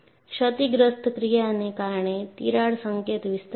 ક્ષતિગ્રસ્ત ક્રિયાને કારણે તિરાડ સંકેત વિસ્તરે છે